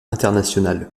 international